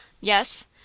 Yes